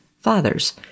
Fathers